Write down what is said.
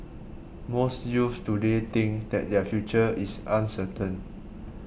most youths today think that their future is uncertain